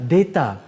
Data